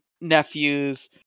nephews